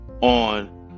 on